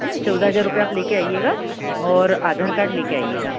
है ना चौदह हज़ार रुपये आप ले कर आइएगा और आधार कार्ड ले कर आइएगा